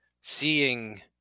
seeing